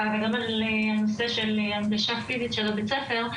וגם על הנושא של הנגשה פיזית של בית הספר,